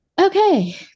okay